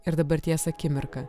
ir dabarties akimirką